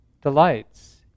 delights